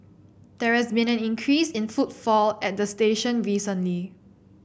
there has been an increase in footfall at the station recently